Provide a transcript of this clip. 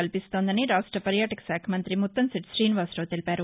కల్పిస్తోందని రాష్ట పర్యాటక శాఖ మంతి ముత్తంశెట్టి త్రీనివాసరావు తెలిపారు